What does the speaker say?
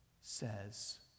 says